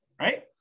right